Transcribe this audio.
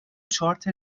چارت